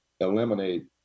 eliminate